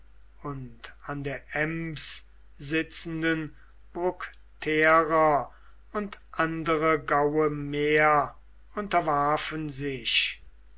und an der ems sitzenden bructerer und andere gaue mehr unterwarfen sich